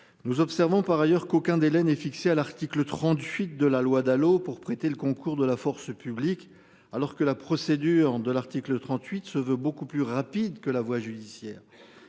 Nous observons par ailleurs qu'aucun délai n'est fixé à l'article 38 de la loi Dalo pour prêter le concours de la force publique alors que la procédure de l'article 38 se veut beaucoup plus rapide que la voie judiciaire.